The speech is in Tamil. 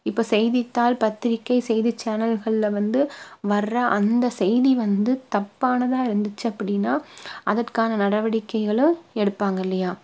இப்போ செய்தித்தாள் பத்திரிக்கை செய்தி சேனல்களில் வந்து வர்ற அந்த செய்தி வந்து தப்பானதாக இருந்துச்சு அப்படினா அதற்கான நடவடிக்கைகளும் எடுப்பாங்க இல்லையா